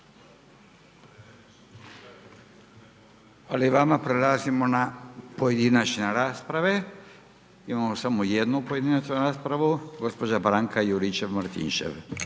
Hvala i vama. Prelazimo na pojedinačne rasprave. Imamo samo jednu pojedinačnu raspravu. Gospođa Branka Juričev-Martinčev.